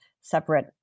separate